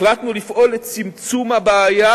החלטנו לפעול לצמצום הבעיה,